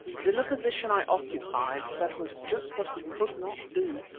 but in the position i occupied, that was just what he could not do,